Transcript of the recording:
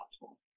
possible